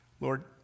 Lord